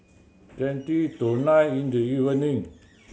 twenty to nine in the evening